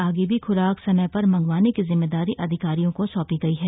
आगे भी खुराक समय पर मंगवाने की जिम्मेदारी अधिकारियों को सौंपी गई है